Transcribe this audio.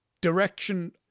direction